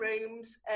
rooms